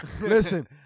Listen